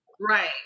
Right